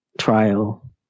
Trial